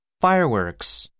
Fireworks